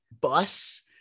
bus